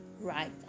right